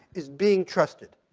is being trusted.